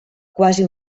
quasi